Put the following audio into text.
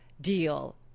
deal